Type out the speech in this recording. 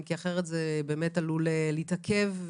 אחרת זה עלול להתעכב,